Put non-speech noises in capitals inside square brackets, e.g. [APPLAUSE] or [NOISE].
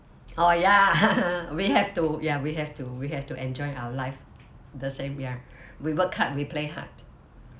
oh ya [LAUGHS] we have to ya we have to we have to enjoy our life the same ya we work hard we play hard